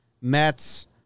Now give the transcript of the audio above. Mets